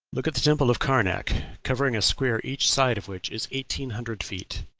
look at the temple of karnac, covering a square each side of which is eighteen hundred feet.